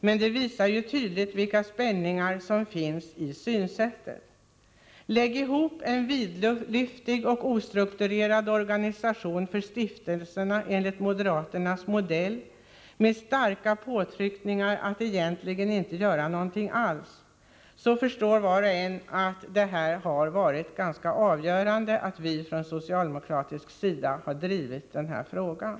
Men detta visar ju tydligt vilka spänningar som finns i synsättet. Lägg ihop en vidlyftig och ostrukturerad organisation för stiftelserna enligt moderaternas modell med starka påtryckningar att egentligen inte göra någonting alls — då förstår var och en att det har varit avgörande att vi från socialdemokraternas sida har drivit den här frågan.